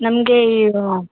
ನಮಗೆ ಈಗ